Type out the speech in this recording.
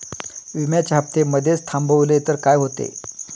विम्याचे हफ्ते मधेच थांबवले तर काय होते?